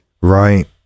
right